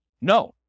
No